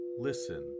listen